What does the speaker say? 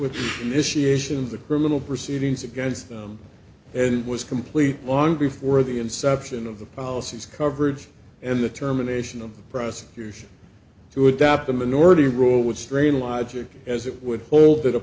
of the criminal proceedings against them and it was complete long before the inception of the policies coverage and the terminations of the prosecution to adapt the minority rule would strain logic as it would hold that